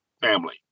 family